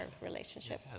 relationship